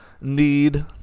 need